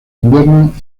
invierno